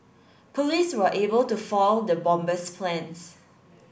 police were able to foil the bomber's plans